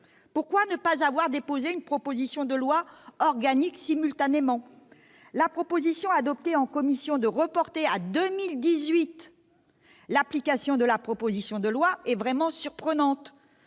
Pourquoi ne pas avoir déposé une proposition de loi organique simultanément ? La mesure adoptée en commission de reporter à 2018 l'application du texte est vraiment surprenante.